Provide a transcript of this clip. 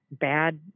bad